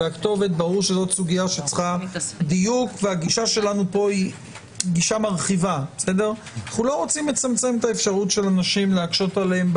אנחנו מבקשים שזו תהיה הגדרה יותר רחבה כדי לאפשר כמה אפשרויות להודעה.